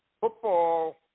football